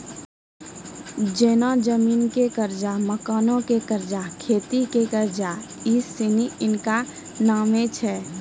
जेना जमीनो के कर्जा, मकानो के कर्जा, खेती के कर्जा इ सिनी हिनका नामे छै